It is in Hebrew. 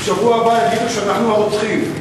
ובשבוע הבא יגידו שאנחנו הרוצחים.